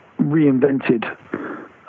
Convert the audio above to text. reinvented